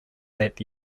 that